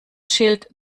schild